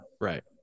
Right